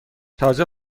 تازه